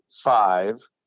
five